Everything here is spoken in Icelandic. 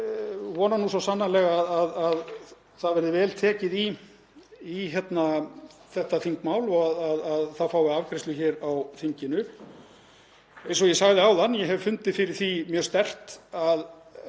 Ég vona svo sannarlega að það verði vel tekið í þetta þingmál og að það fái afgreiðslu hér á þinginu. Eins og ég sagði áðan hef ég fundið fyrir því mjög sterkt að